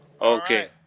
Okay